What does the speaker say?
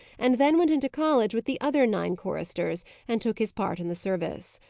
and then went into college with the other nine choristers, and took his part in the service.